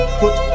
put